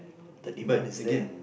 the demand is there